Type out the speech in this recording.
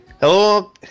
Hello